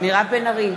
מירב בן ארי,